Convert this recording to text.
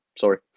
Sorry